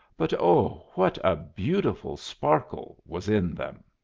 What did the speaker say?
but, oh! what a beautiful sparkle was in them!